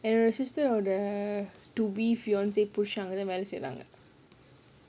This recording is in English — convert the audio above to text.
and my sister err the to be fiance pushed her அங்க தான் வேல செய்றாங்க:anga thaan vela seiraanga